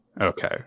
Okay